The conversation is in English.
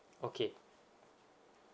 okay